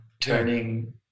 turning